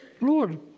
Lord